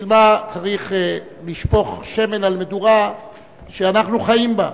בשביל מה צריך לשפוך שמן על מדורה שאנחנו חיים בה?